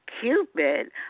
Cupid